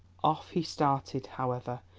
off he started, however,